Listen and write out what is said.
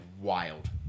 wild